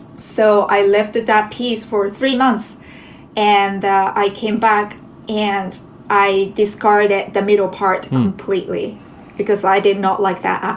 so i lifted that piece for three months and i came back and i discarded the middle part completely because i did not like that at